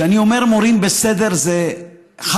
כשאני אומר מורים בסדר זה כי אינני רוצה,